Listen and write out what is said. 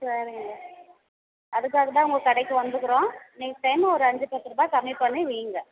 சரிங்க அதுக்காக தான் உங்கள் கடைக்கு வந்துக்கிறோம் நெக்ஸ்ட் டைம் ஒரு அஞ்சு பத்து ரூபா கம்மி பண்ணி விய்ங்க